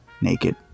naked